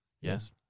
Yes